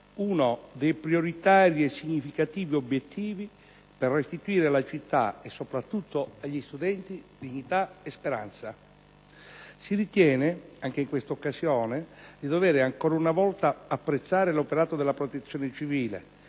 uno dei prioritari e significativi obiettivi per restituire alla città e soprattutto agli studenti dignità e speranza. Si ritiene, anche in questa occasione, di dover ancora una volta apprezzare l'operato della Protezione civile,